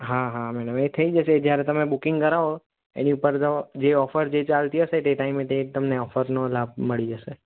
હાં હાં મેડમ એ થઈ જશે જ્યારે તમે બુકિંગ કરાવો એની ઉપર તો જે ઓફર જે ચાલતી હશે તે ટાઈમે તે તમને ઓફરનો લાભ મળી જશે